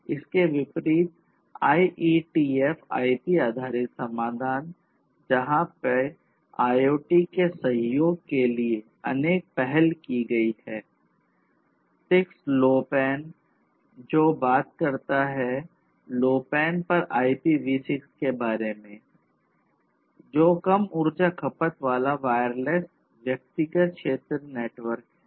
इसके विपरीत IETF IP आधारित समाधान जहां पे IoT के सहयोग के लिए अनेक पहल की गई है 6LoWPAN जो बात करता है LoWPAN पर IPv6 के बारे में जो कम उर्जा खपत वाला वायरलेस व्यक्तिगत क्षेत्र नेटवर्क है